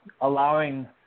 allowing